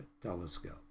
telescope